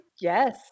Yes